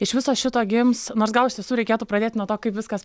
iš viso šito gims nors gal iš tiesų reikėtų pradėti nuo to kaip viskas